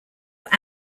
were